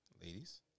Ladies